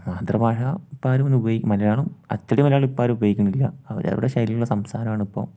മാതൃഭാഷ ഇപ്പോഴാരും പിന്നെ മലയാളം അച്ചടി മലയാളം ഇപ്പോഴാരും ഉപയോഗിക്കണില്ല അവർ അവരുടെ ശൈലിയിലുള്ള സംസാരാണിപ്പോൾ